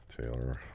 Taylor